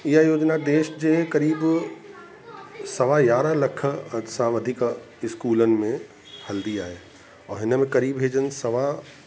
इहा योजिना देश जे क़रीबु सवा यारहां लख सां वधीक इस्कूलनि में हलंदी आहे और हिन में क़रीबु इहे जन सवा